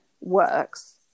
works